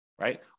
right